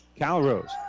Calrose